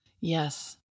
Yes